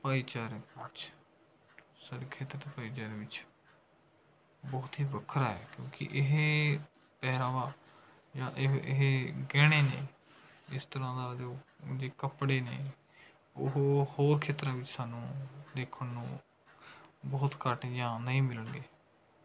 ਭਾਈਚਾਰੇ ਵਿੱਚ ਸਾਡੇ ਖੇਤਰ ਦੇ ਭਾਈਚਾਰੇ ਵਿੱਚ ਬਹੁਤ ਹੀ ਵੱਖਰਾ ਹੈ ਕਿਉਂਕਿ ਇਹ ਪਹਿਰਾਵਾ ਜਾਂ ਇਹ ਇਹ ਗਹਿਣੇ ਨੇ ਇਸ ਤਰ੍ਹਾਂ ਦਾ ਜੋ ਕੱਪੜੇ ਨੇ ਉਹ ਹੋਰ ਖੇਤਰਾਂ ਵਿੱਚ ਸਾਨੂੰ ਦੇਖਣ ਨੂੰ ਬਹੁਤ ਘੱਟ ਜਾਂ ਨਹੀਂ ਮਿਲਣਗੇ